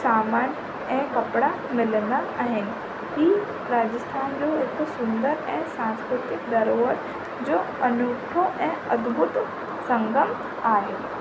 सामान ऐं कपिड़ा मिलंदा ऐं हीउ राजस्थान जो हिकु सुंदर ऐं सांस्कृतिक दरोहर जो अनूठो ऐं अद्भुत संगम आहे